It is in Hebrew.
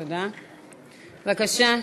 בבקשה,